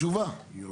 תשובה.